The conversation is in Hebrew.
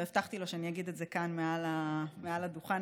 והבטחתי לו שאני אגיד את זה כאן מעל הדוכן,